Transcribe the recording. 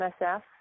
msf